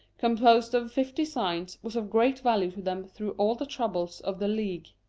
composed of fifty signs, was of great value to them through all the troubles of the ligue,